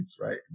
right